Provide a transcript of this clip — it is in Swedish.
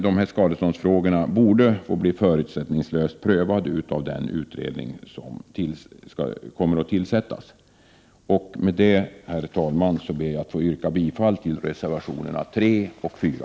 Dessa skadeståndsfrågor borde få bli förutsättningslöst prövade av den utredning som kommer att tillsättas. Herr talman! Med det sagda ber jag att få yrka bifall till reservationerna 3 och 4.